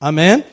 Amen